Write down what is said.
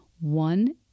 one